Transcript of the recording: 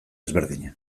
ezberdina